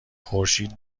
خورشید